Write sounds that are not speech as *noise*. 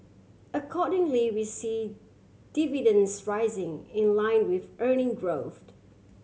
accordingly we see dividends rising in line with earning growth *unintelligible*